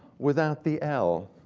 without the l.